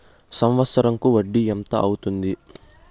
సంవత్సరం కు వడ్డీ ఎంత అవుతుంది?